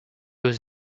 was